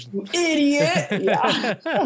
Idiot